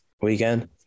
weekend